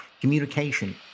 communication